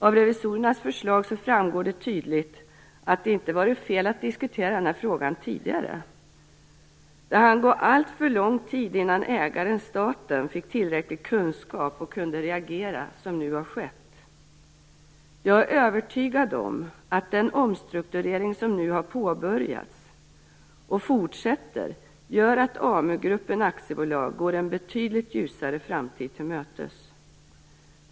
Av revisorernas förslag framgår tydligt att det inte hade varit fel att diskutera den här frågan tidigare. Det hann gå alltför lång tid innan ägaren staten fick tillräcklig kunskap och kunde reagera som nu har skett. Jag är övertygad om att den omstrukturering som nu har påbörjats och fortsätter gör att AmuGruppen AB går en betydligt ljusare framtid till mötes.